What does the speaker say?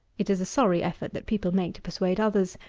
it is a sorry effort that people make to persuade others,